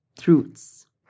truths